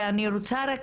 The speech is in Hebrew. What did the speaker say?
ואני רוצה רק,